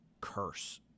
curse